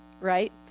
right